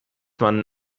man